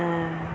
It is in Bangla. হ্যাঁ